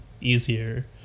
easier